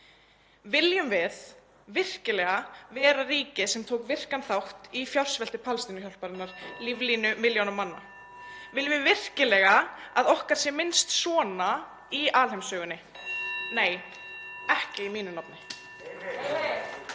Viljum við virkilega vera ríki sem tók virkan þátt í fjársvelti Palestínuhjálparinnar, (Forseti hringir.) líflínu milljóna manna? Viljum við virkilega að okkar sé minnst svona í alheimssögunni? Nei, ekki í mínu nafni.